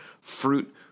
fruit